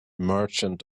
merchant